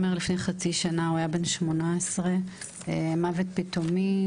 הוא היה בן 18. זה היה מוות פתאומי,